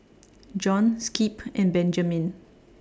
Jon Skip and Benjamine